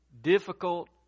difficult